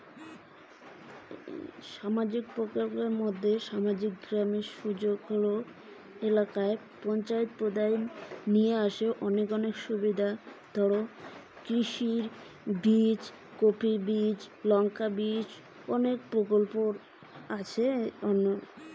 সামাজিক প্রকল্পের মধ্যে কি কি সামাজিক প্রকল্পের সুযোগ গ্রামীণ এলাকায় আসে?